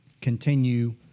continue